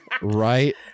Right